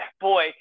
boy